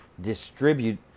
distribute